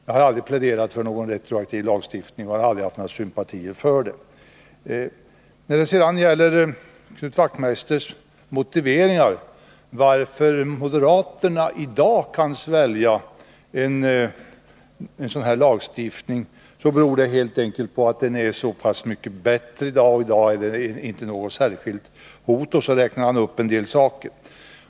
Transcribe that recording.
Jag har aldrig pläderat för någon retroaktiv lagstiftning och har aldrig haft några sympatier för en sådan. Knut Wachtmeister redogjorde för moderaternas motiveringar till att de i dag kan acceptera en sådan här lagstiftning. Att de kan det skulle helt enkelt bero på att det förslag som nu föreligger är bättre än tidigare förslag, att det inte utgör något hot mot rättssäkerheten osv. — Knut Wachtmeister räknade upp en del olika saker.